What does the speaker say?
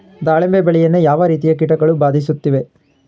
ದಾಳಿಂಬೆ ಬೆಳೆಯನ್ನು ಯಾವ ರೀತಿಯ ಕೀಟಗಳು ಬಾಧಿಸುತ್ತಿವೆ?